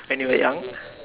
anyway I